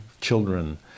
children